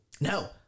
no